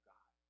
God